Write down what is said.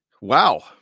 Wow